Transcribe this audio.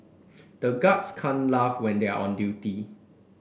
the guards can't laugh when they are on duty